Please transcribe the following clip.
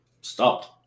Stopped